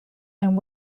and